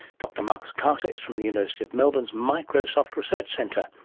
dr marcus carter is from the university of melbourne's microsoft research centre,